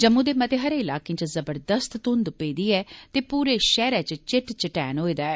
जम्मू दे मते हारे इलाकें च जबरदस्त घुंघ पेदी ऐ पूरे शैहरे च चिट्ट चटैन होए दा ऐ